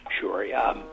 Sure